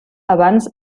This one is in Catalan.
abans